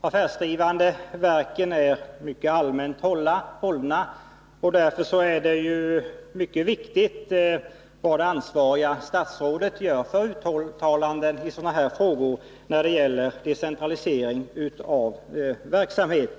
affärsdrivande verken är mycket allmänt hållna, och därför är det ansvariga statsrådets uttalanden i sådana här frågor, när det gäller decentralisering av verksamhet, mycket viktiga.